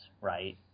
right